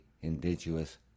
indigenous